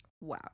Wow